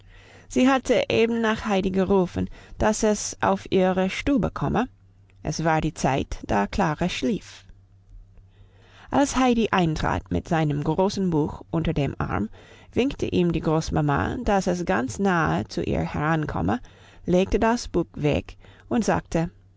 sie hatte eben nach heidi gerufen dass es auf ihre stube komme es war die zeit da klara schlief als heidi eintrat mit seinem großen buch unter dem arm winkte ihm die großmama dass es ganz nahe zu ihr herankomme legte das buch weg und sagte